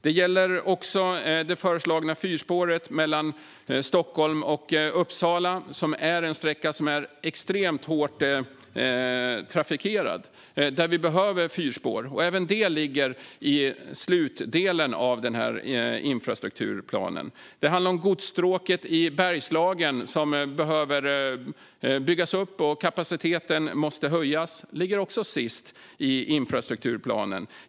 Det gäller också det förselagna fyrspåret mellan Stockholm och Uppsala, som är en extremt hårt trafikerad sträcka där vi behöver fyrspår. Även detta ligger i slutdelen av infrastrukturplanen. Det handlar om det godsstråk i Bergslagen som behöver byggas upp och där kapaciteten måste höjas. Det ligger också sist i infrastrukturplanen.